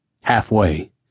halfway